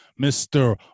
Mr